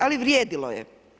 Ali, vrijedilo je.